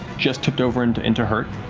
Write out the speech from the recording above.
just tipped over into into hurt.